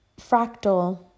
Fractal